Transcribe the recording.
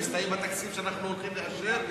אז יסתיים התקציב שאנחנו הולכים לאשר,